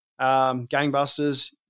gangbusters